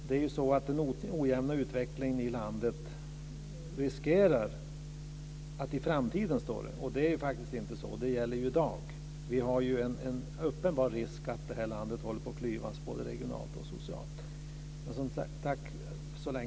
Det står att den ojämna utvecklingen i landet riskerar att skapa klyftor i framtiden. Men det är ju faktiskt inte så, utan det gäller i dag. Det finns en uppenbar risk för att det här landet håller på att klyvas både regionalt och socialt.